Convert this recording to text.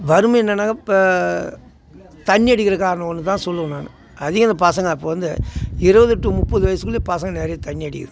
வறுமை என்னென்னால் இப்போ தண்ணி அடிக்கிறது காரணம் ஒன்று தான் சொல்லுவேன் நான் அதிகம் இந்த பசங்கள் அப்போ வந்து இருபது டூ முப்பது வயசுக்குள்ளே பசங்கள் நிறைய தண்ணி அடிக்கிதுங்க